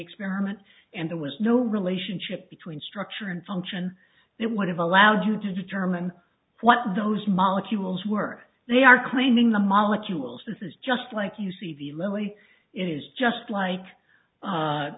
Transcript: experiment and there was no relationship between structure and function that would have allowed you to determine what those molecules were they are claiming the molecules this is just like you see the lily it is just